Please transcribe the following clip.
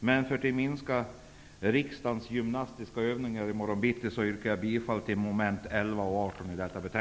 Men för att minska riksdagens gymnastiska övningar i morgon bitti yrkar jag bifall endast till mom. 11 och